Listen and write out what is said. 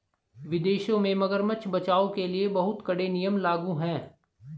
विदेशों में मगरमच्छ बचाओ के लिए बहुत कड़े नियम लागू हैं